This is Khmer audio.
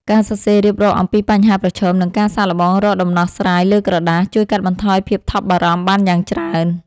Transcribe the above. ការសរសេររៀបរាប់អំពីបញ្ហាប្រឈម និងការសាកល្បងរកដំណោះស្រាយលើក្រដាស ជួយកាត់បន្ថយភាពថប់បារម្ភបានយ៉ាងច្រើន។